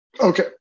Okay